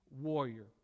warrior